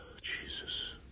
Jesus